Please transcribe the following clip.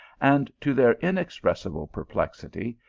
and, to their inexpressible perplexity,